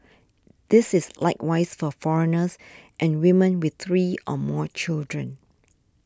this is likewise for foreigners and women with three or more children